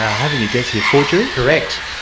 having a guess here, forgery? correct.